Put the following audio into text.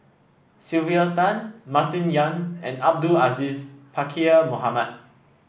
Sylvia Tan Martin Yan and Abdul Aziz Pakkeer Mohamed